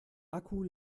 akku